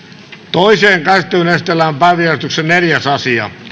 toiseen käsittelyyn esitellään päiväjärjestyksen neljäs asia